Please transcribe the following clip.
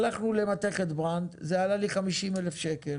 הלכנו למתכת ברנד, זה עלה לי 50,000 שקל